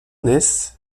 naissent